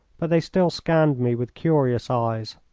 but they still scanned me with curious eyes.